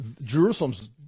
Jerusalem's